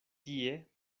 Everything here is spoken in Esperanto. tie